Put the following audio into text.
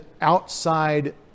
outside